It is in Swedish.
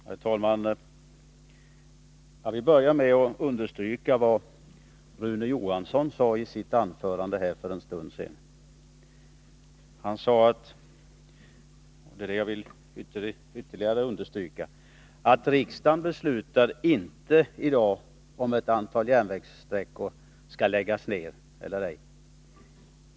Herr talman! Jag vill börja med att understryka vad Rune Johansson sade i sitt anförande för en stund sedan. Han sade — och det vill jag ytterligare betona — att riksdagen i dag inte beslutar om ett antal järnvägssträckor skall läggas ner eller ej.